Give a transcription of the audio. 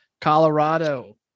Colorado